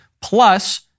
plus